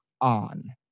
on